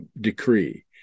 decree